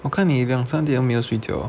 我看你两三点都没有睡觉